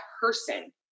person